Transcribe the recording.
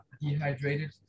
dehydrated